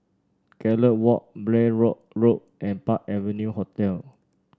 Gallop Walk Blair Road Road and Park Avenue Hotel